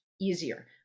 easier